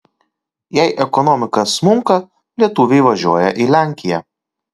jei ekonomika smunka lietuviai važiuoja į lenkiją